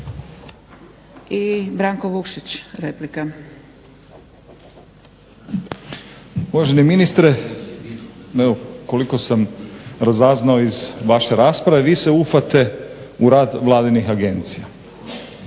- Stranka rada)** Uvaženi ministre, evo koliko sam razaznao iz vaše rasprave vi se ufate u rad vladinih agencija.